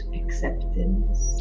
acceptance